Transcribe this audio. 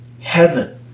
Heaven